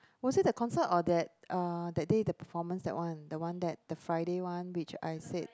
was it the concert or that uh that day the performance that one the one that the Friday one which I said